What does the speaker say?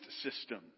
system